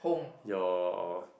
your